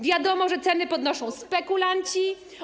Wiadomo, że ceny podnoszą spekulanci.